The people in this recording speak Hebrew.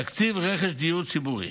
תקציב רכש דיור ציבורי: